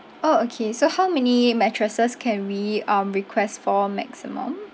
orh okay so how many mattresses can we um request for maximum